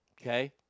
okay